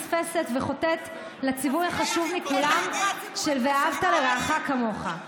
מפספסת וחוטאת לציווי החשוב מכולם "ואהבת לרעך כמוך".